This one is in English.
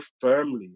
firmly